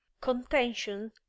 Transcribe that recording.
Contention